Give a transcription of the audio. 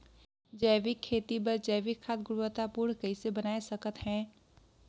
जैविक खेती बर जैविक खाद गुणवत्ता पूर्ण कइसे बनाय सकत हैं?